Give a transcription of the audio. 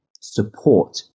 support